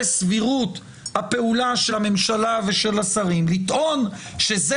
סבירות הפעולה של הממשלה ושל השרים - לטעון שזה